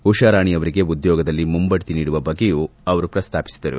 ಉಷಾರಾಣಿ ಅವರಿಗೆ ಉದ್ಯೋಗದಲ್ಲಿ ಮುಂಬಡ್ತಿ ನೀಡುವ ಬಗ್ಗೆಯೂ ಅವರು ಪ್ರಸ್ತಾಪಿಸಿದರು